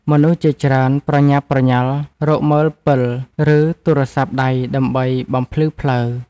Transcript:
មនុស្សជាច្រើនប្រញាប់ប្រញាល់រកមើលពិល ឬទូរស័ព្ទដៃដើម្បីបំភ្លឺផ្លូវ។